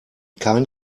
kein